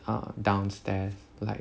uh downstairs like